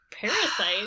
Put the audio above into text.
parasite